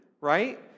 right